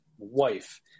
wife